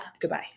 Goodbye